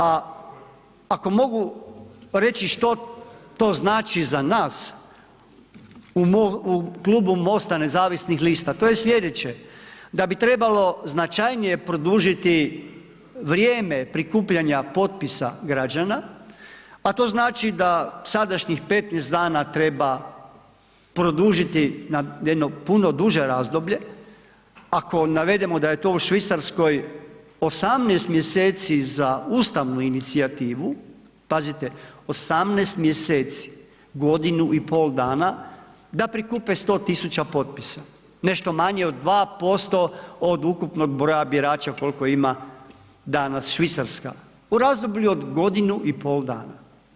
A ako mogu reći što sto znači za nas u Klubu MOSTA nezavisnih lista, to je slijedeće da bi trebalo značajnije produžiti vrijeme prikupljanja potpisa građana, a to znači da sadašnjih 15 dana treba produžiti na jedno puno duže razdoblje, ako navedemo da je to u Švicarskoj 18 mjeseci za ustavnu inicijativu, pazite 18 mjeseci, godinu i pod dana da prikupe 100 000 potpisa, nešto manje od 2% od ukupnog broja birača koliko ima danas Švicarska u razdoblju od godinu dana.